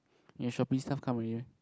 your shopping stuff come already meh